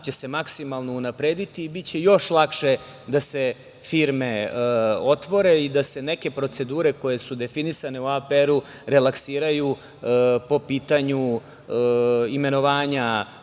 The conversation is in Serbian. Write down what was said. će se maksimalno unaprediti i biće još lakše da se firme otvore i da se neke procedure u APR-u relaksiraju po pitanju imenovanja